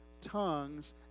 tongues